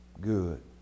good